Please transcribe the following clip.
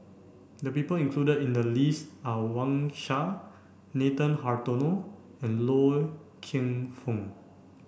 the people included in the list are Wang Sha Nathan Hartono and Loy Keng Foo